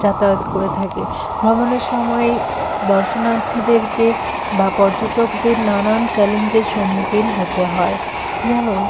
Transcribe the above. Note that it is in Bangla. যাতায়াত করে থাকে ভ্রমণের সময়ে দর্শনার্থীদেরকে বা পর্যটকদের নানান চ্যালেঞ্জের সম্মুখীন হতে হয় যেমন